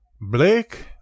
Blake